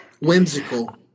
Whimsical